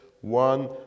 one